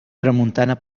tramuntana